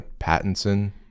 Pattinson